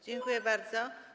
Dziękuję bardzo.